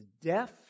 deaf